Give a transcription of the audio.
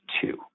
two